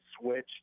switch